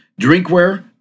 drinkware